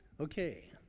Okay